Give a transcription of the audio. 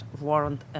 warrant